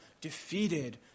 defeated